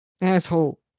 Asshole